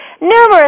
Numerous